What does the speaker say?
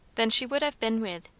than she would have been with,